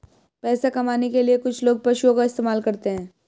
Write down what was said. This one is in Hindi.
पैसा कमाने के लिए कुछ लोग पशुओं का इस्तेमाल करते हैं